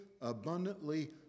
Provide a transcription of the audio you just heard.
abundantly